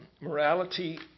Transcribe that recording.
Morality